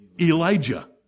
Elijah